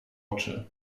oczy